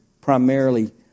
primarily